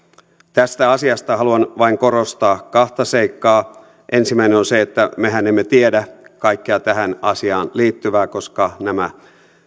tästä asiasta haluan vain korostaa kahta seikkaa ensimmäinen on se että mehän emme tiedä kaikkea tähän asiaan liittyvää koska nämä